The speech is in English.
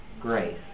grace